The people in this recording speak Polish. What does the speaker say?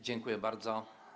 Dziękuję bardzo.